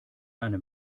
einem